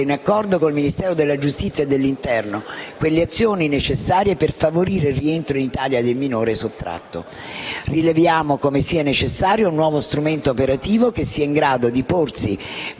in accordo con il Ministero della giustizia e il Ministero dell'interno, le azioni necessarie per favorire il rientro in Italia del minore sottratto. Rileviamo come sia necessario un nuovo strumento operativo che sia in grado di